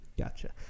Gotcha